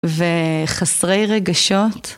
וחסרי רגשות.